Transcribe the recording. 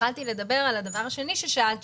התחלתי לדבר על הדבר השני שעליו שאלת,